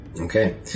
Okay